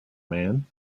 man